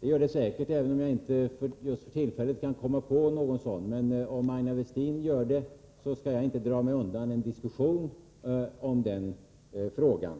Det gör det säkert, även om jag inte just för tillfället kan komma på någon sådan. Om Aina Westin gör det, skall jag inte dra mig undan en diskussion om den frågan.